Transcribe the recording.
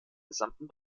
gesamten